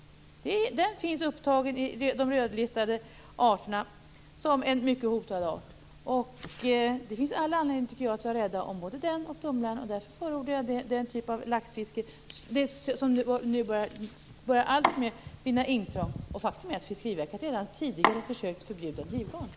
Den finns upptagen bland de rödlistade arterna som en mycket hotad art. Det finns all anledning att vara rädd om både laxen och tumlaren. Därför förordar jag den typ av laxfiske som nu alltmer börja vinna intrång. Faktum är att Fiskeriverket tidigare försökt att förbjuda drivgarn.